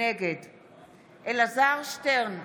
נגד אלעזר שטרן,